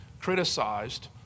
criticized